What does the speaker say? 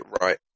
right